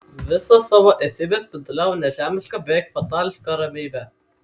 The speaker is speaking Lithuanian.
visą savo esybe spinduliavo nežemišką beveik fatališką ramybę